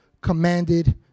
commanded